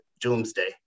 Doomsday